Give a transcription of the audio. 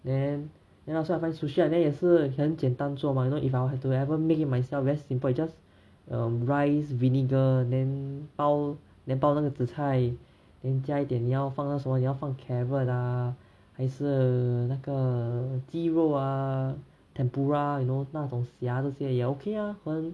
then then after I find sushi then 也是很简单做嘛 if I were to ever make it myself very simple it's just um rice vinegar then 包 then 包那个紫菜 then 加一点你要放什么你要放 carrot 啊还是那个鸡肉啊 tempura you know 那种虾这些也 okay ah 很